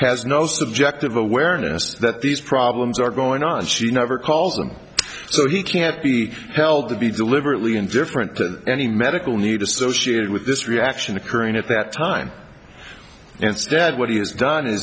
has no subjective awareness that these problems are going on she never calls them so he can't be held to be deliberately indifferent to any medical need associated with this reaction occurring at that time instead what he has done